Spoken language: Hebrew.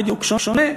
המבטא, בדיוק, שונה.